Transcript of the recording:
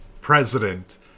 president